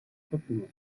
peuplement